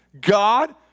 God